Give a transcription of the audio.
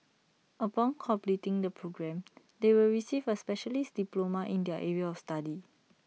upon completing the program they will receive A specialist diploma in their area of study